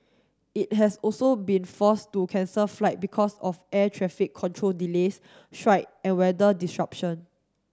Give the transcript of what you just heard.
it has also been forced to cancel flight because of air traffic control delays strike and weather disruption